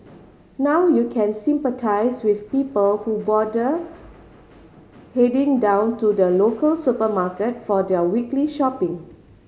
now you can sympathise with people who bother heading down to the local supermarket for their weekly shopping